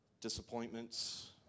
disappointments